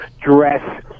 dress